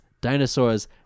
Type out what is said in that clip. dinosaurs